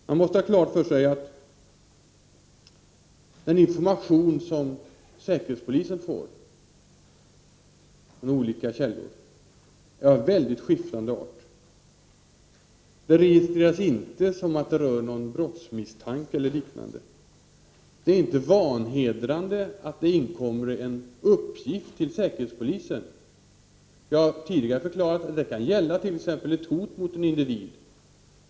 Man måste ha klart för sig att den information som säkerhetspolisen får från olika källor är av mycket skiftande art. Informationen registreras inte som brottsmisstanke eller liknande. Det är inte vanhedrande att det inkommer en uppgift till säkerhetspolisen. Jag har tidigare förklarat att det kan gälla t.ex. ett hot mot en individ.